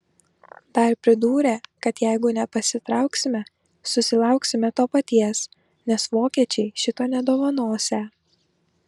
dar pridūrė kad jeigu nepasitrauksime susilauksime to paties nes vokiečiai šito nedovanosią